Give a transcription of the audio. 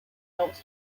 helps